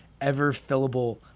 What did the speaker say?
ever-fillable